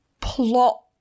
plot